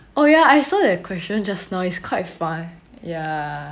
oh ya I saw the question just now it's quite fun ya